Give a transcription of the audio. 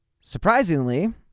Surprisingly